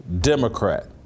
Democrat